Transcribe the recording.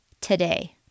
today